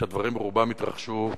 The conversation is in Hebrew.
שהדברים רובם התרחשו